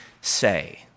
say